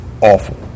awful